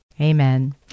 Amen